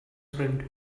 friend